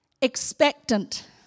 expectant